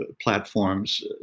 platforms